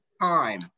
time